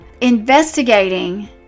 investigating